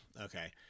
Okay